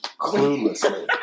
cluelessly